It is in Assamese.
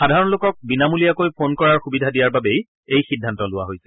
সাধাৰণ লোকক বিনামূলীয়াকৈ ফোন কৰাৰ সুবিধা দিয়াৰ বাবেই এই সিদ্ধান্ত লোৱা হৈছে